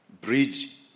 bridge